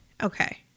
Okay